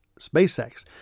spacex